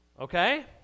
okay